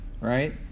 right